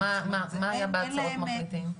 ומה היה בהצעות מחליטים?